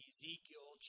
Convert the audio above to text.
Ezekiel